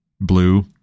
blue